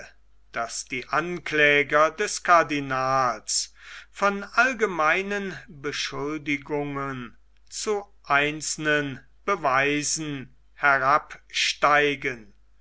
daß die ankläger des cardinals von allgemeinen beschuldigungen zu einzelnen beweisen